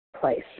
place